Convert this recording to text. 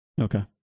Okay